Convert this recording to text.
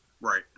right